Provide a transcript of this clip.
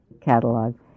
catalog